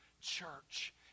church